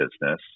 business